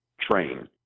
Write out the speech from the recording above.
train